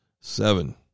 Seven